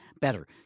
better